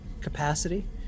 capacity